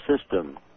system